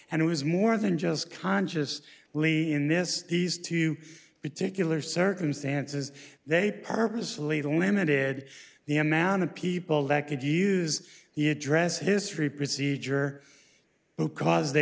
and it was more than just conscious lee in this these two particular circumstances they purposely limited the amount of people that could use the address history procedure who cause they